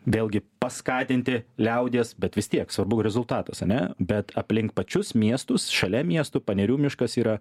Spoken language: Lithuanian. vėlgi paskatinti liaudies bet vis tiek svarbu rezultatas ane bet aplink pačius miestus šalia miestų panerių miškas yra